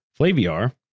Flaviar